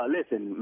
Listen